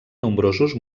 nombrosos